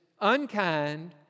Unkind